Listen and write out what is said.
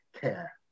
Care